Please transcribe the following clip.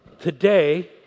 Today